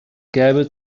gäbe